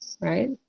right